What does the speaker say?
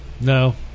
no